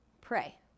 Pray